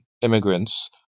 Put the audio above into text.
immigrants